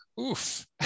Oof